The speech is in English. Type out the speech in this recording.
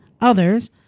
others